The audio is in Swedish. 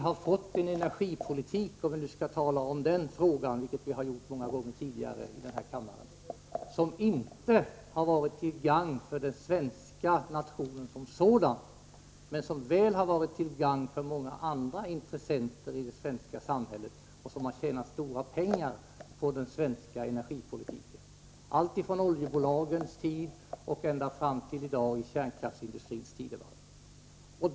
Den förda energipolitiken — om vi nu skall tala om den frågan, vilket vi har gjort många gånger tidigare i denna kammare — har inte varit till gagn för den svenska nationen som sådan men väl för många andra intressenter i det svenska samhället, vilka har tjänat stora pengar på den svenska energipolitiken alltifrån oljebolagens tid ända fram till kärnkraftsindustrins tidevarv i dag.